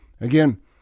Again